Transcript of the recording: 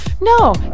No